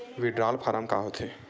withdrawal form का होथेय